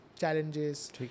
challenges